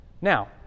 Now